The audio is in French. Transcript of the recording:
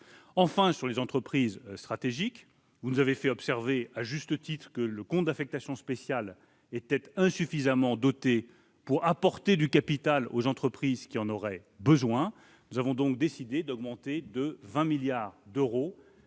Enfin, concernant les entreprises stratégiques, vous nous avez fait observer à juste titre que le compte d'affectation spéciale (CAS) destiné à les soutenir était insuffisamment doté pour apporter du capital aux entreprises qui en auraient besoin ; nous avons donc décidé d'augmenter de 20 milliards d'euros